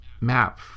map